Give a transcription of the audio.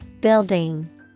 Building